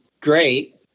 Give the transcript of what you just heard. Great